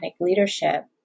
leadership